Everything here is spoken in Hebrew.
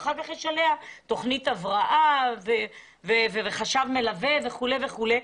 עם תוכנית הבראה וחשב מלווה וכו' וכו'.